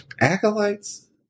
Acolytes